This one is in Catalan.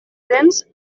dents